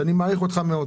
שאני מעריך אותך מאוד